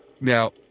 Now